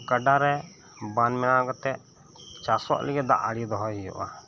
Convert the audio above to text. ᱜᱟᱰᱟ ᱨᱮ ᱵᱟᱱ ᱵᱮᱱᱟᱣ ᱠᱟᱛᱮ ᱪᱟᱥᱚᱜ ᱞᱟᱹᱜᱤᱫ ᱫᱟᱜ ᱟᱲᱮ ᱫᱚᱦᱚᱭ ᱦᱩᱭᱩᱜᱼᱟ